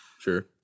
Sure